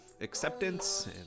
acceptance